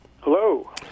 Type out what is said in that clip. Hello